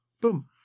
Boom